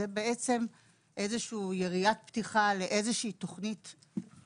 זה בעצם איזו שהיא יריית פתיחה של איזו שהיא תוכנית לאומית,